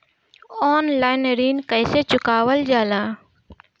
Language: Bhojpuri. ऑनलाइन ऋण कईसे चुकावल जाला?